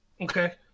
Okay